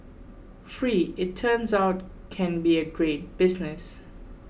free it turns out can be a great business